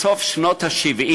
בסוף שנות ה-70